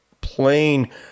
plain